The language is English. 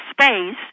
space